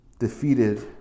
defeated